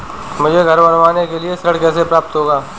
मुझे घर बनवाने के लिए ऋण कैसे प्राप्त होगा?